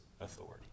authority